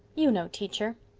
you know, teacher.